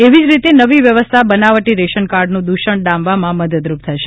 એવી જ રીતે નવી વ્યવસ્થા બનાવટી રેશનકાર્ડનું દૂષણ ડામવામાં મદદરૂપ થશે